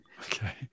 okay